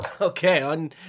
Okay